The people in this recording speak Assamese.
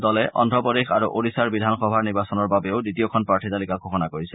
দলে অদ্ধপ্ৰদেশ আৰু ওড়িশাৰ বিধানসভা নিৰ্বাচনৰ বাবেও দ্বিতীয়খন প্ৰাৰ্থী তালিকা ঘোষণা কৰিছে